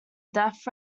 death